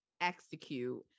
execute